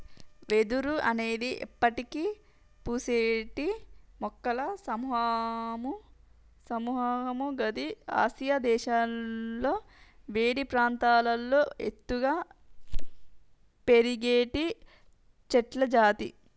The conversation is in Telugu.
వెదురు అనేది ఎప్పటికి పూసేటి మొక్కల సముహము గిది ఆసియా దేశాలలో వేడి ప్రాంతాల్లో ఎత్తుగా పెరిగేటి చెట్లజాతి